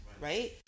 right